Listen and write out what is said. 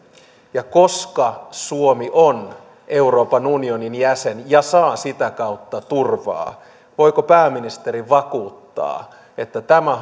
ja koska suomi on euroopan unionin jäsen ja saa sitä kautta turvaa voiko pääministeri vakuuttaa että tämä